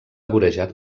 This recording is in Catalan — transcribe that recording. vorejat